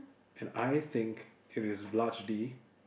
and I think it is largely